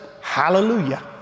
hallelujah